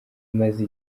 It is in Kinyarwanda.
maze